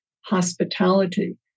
hospitality